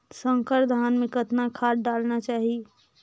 संकर धान मे कतना खाद डालना चाही?